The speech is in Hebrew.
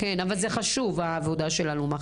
אבל זה חשוב העבודה של אלומה,